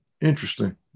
Interesting